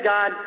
God